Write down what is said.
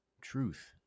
truth